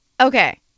okay